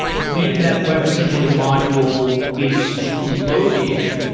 when that web assembly module is loaded,